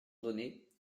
donnés